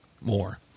more